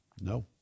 no